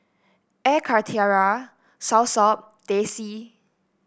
Air Karthira Soursop Teh C